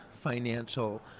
financial